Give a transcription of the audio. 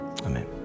amen